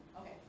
Okay